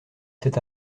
cet